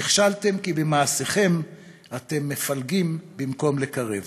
נכשלתם כי במעשיכם אתם מפלגים במקום לקרב.